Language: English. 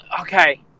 okay